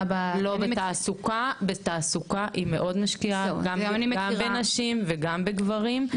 בתעסוקה היא מאוד משקיעה גם בנשים וגם בגברים,